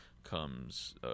comes